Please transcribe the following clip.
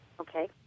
Okay